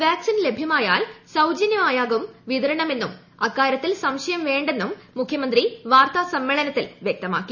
vaccine ലഭൃമായാൽ സൌജനൃമായാകും വിതരണമെന്നും അക്കാരൃത്തിൽ സംശയം വേണ്ടെന്നും മുഖ്യമന്ത്രി വാർത്താസമ്മേളനത്തിൽ വൃക്തമാക്കി